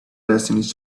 destinies